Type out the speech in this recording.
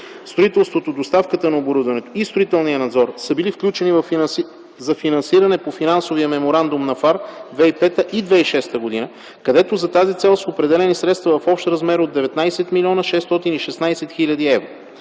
Строителството, доставката на оборудването и строителният надзор са били включени за финансиране по Финансовия меморандум на ФАР – 2005 и 2006 г., където за тази цел са определени средства в общ размер от 19 млн. 616 хил. евро.